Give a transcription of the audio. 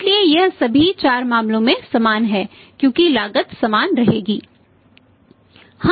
इसलिए यह सभी 4 मामलों में समान है क्योंकि लागत समान रहेगी